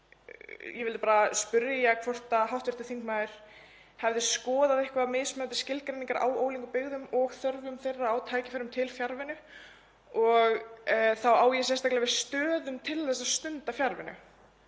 Ég vildi bara spyrja hvort hv. þingmaður hefði skoðað eitthvað mismunandi skilgreiningar á ólíkum byggðum og þörfum þeirra á tækifærum til fjarvinnu. Þá á ég sérstaklega við staði til að stunda fjarvinnu,